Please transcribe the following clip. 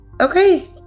Okay